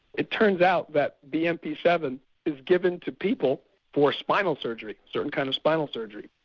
it turns out that b m p seven is given to people for spinal surgery, certain kinds of spinal surgery.